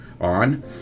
on